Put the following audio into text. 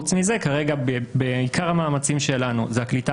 חוץ מזה כרגע עיקר המאמצים שלנו זה הקליטה